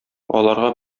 аларга